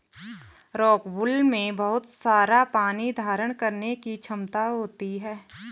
rockwool में बहुत सारा पानी धारण करने की क्षमता होती है